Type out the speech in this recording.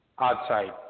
outside